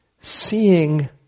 seeing